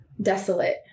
desolate